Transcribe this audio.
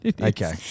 Okay